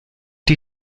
die